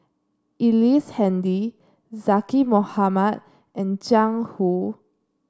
Ellice Handy Zaqy Mohamad and Jiang Hu